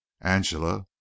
angela